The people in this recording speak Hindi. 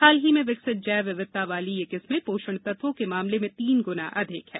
हाल ही में विकसित जैव विविधता वाली ये किस्में पोषण तत्वों के मामले में तीन गुना अधिक है